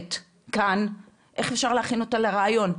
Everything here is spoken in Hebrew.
תופת כאן איך אפשר להכין אותם לריאיון?